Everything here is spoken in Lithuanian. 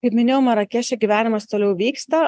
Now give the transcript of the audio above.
kaip minėjau marakeše gyvenimas toliau vyksta